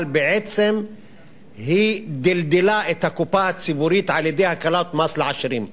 אבל בעצם היא דלדלה את הקופה הציבורית על-ידי הקלת מס לעשירים.